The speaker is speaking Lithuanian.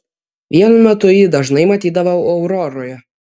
vienu metu jį dažnai matydavau auroroje